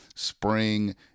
spring